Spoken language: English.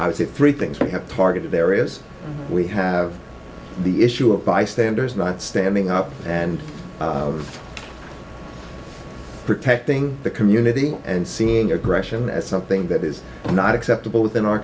is it three things we have targeted areas we have the issue of bystanders not standing up and protecting the community and seeing aggression as something that is not acceptable within our